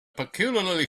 peculiarly